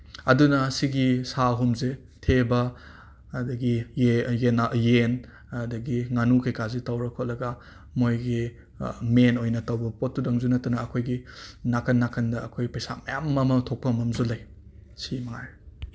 ꯑꯗꯨꯅ ꯁꯤꯒꯤ ꯁꯥ ꯑꯍꯨꯝꯁꯤ ꯊꯦꯕ ꯑꯗꯒꯤ ꯌꯦꯟ ꯑꯗꯒꯤ ꯉꯥꯅꯨ ꯀꯩꯀꯥꯁꯤ ꯇꯧꯔ ꯈꯣꯠꯂꯒ ꯃꯣꯏꯒꯤ ꯃꯦꯟ ꯑꯣꯏꯅ ꯇꯧꯕ ꯄꯣꯠꯇꯨꯗꯪꯁꯨ ꯅꯠꯇꯅ ꯑꯩꯈꯣꯏꯒꯤ ꯅꯥꯀꯟ ꯅꯥꯀꯟꯗ ꯑꯩꯈꯣꯏ ꯄꯩꯁꯥ ꯃꯌꯥꯝ ꯑꯃ ꯊꯣꯛꯐꯝ ꯑꯃꯁꯨ ꯂꯩ ꯁꯤꯃꯉꯥꯏꯔꯦ